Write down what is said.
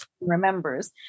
remembers